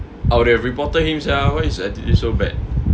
I would have reported him sia why is his attitude so bad